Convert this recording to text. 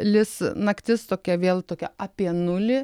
lis naktis tokia vėl tokia apie nulį